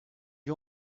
you